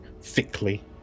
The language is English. thickly